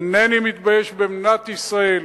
אינני מתבייש במדינת ישראל.